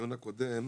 בדיון הקודם,